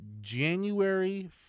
January